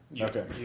Okay